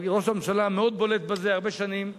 אבל ראש הממשלה מאוד בולט בזה הרבה שנים,